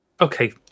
Okay